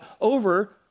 over